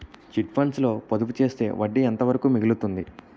Chit funds లో పొదుపు చేస్తే వడ్డీ ఎంత వరకు మిగులుతుంది?